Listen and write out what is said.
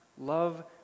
Love